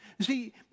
see